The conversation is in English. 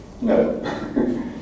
No